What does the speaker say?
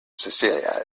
celia